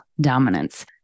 dominance